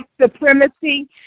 supremacy